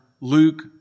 Luke